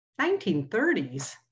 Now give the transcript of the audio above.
1930s